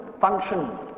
function